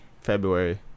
february